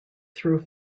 through